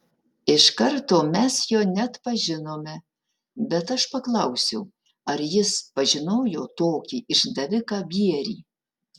iš karto mes jo neatpažinome bet aš paklausiau ar jis pažinojo tokį išdaviką bierį